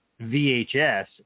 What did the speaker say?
VHS